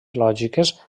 lògiques